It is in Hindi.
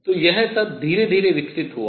तो यह सब धीरे धीरे विकसित हुआ